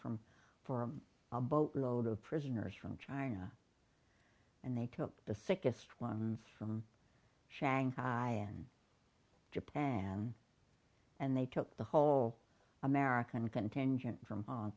from for a boat load of prisoners from china and they took the sickest ones from shanghai and japan and they took the whole american contingent from hong